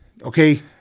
Okay